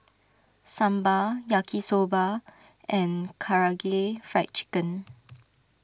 Sambar Yaki Soba and Karaage Fried Chicken